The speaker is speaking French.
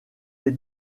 est